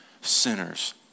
sinners